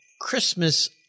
Christmas